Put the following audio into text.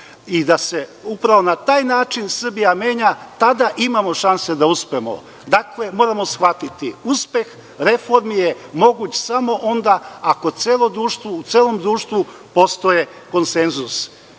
i da se upravo na taj način Srbija menja, tada imamo šanse da uspemo. Dakle, moramo shvatiti da je uspeh reformi moguć samo onda ako u celom društvu postoji konsenzus. Verujem